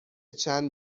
چند